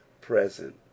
present